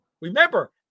Remember